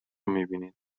میبینید